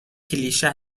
کلیشه